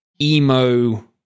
emo